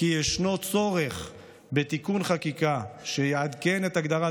שיש צורך בתיקון חקיקה שיעדכן את הגדרת